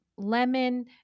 lemon